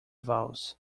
vowels